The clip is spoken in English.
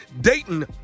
Dayton